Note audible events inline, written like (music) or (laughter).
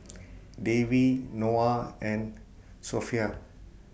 (noise) Dewi Noah and Sofea